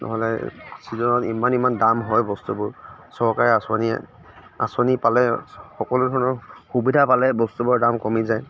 নহ'লে চীজনত ইমান ইমান দাম হয় বস্তুবোৰ চৰকাৰে আঁচনিয়ে আঁচনি পালে সকলোধৰণৰ সুবিধা পালে বস্তুবোৰৰ দাম কমি যায়